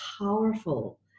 powerful